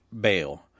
bail